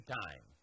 time